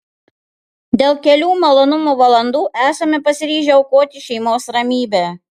dėl kelių malonumo valandų esame pasiryžę aukoti šeimos ramybę